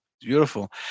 Beautiful